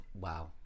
wow